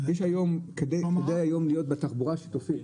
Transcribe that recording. כדי להיות היום בתחבורה השיתופית,